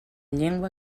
llengua